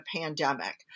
pandemic